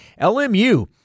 LMU